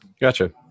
Gotcha